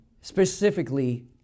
specifically